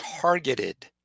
targeted